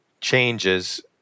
changes